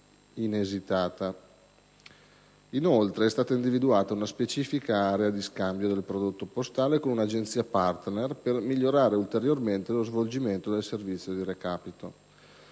Inoltre, è stata individuata una specifica area di scambio del prodotto postale con un'agenzia partner per migliorare ulteriormente lo svolgimento del servizio di recapito.